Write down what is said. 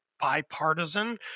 bipartisan